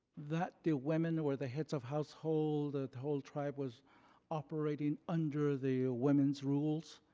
that the women were the heads of household, that the whole tribe was operating under the women's rules,